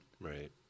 Right